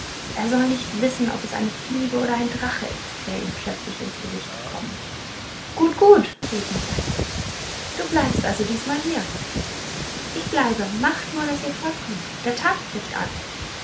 er soll nicht wissen ob es eine fliege oder ein drache ist der ihm plötzlich ins gesicht gekommen gut gut riefen die andern du bleibst also diesmal hier ich bleibe macht nur daß ihr fortkommt der tag bricht an